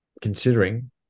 considering